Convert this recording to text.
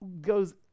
goes